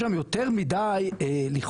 יש שם יותר מדי לכאורה,